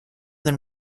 than